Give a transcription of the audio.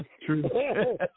true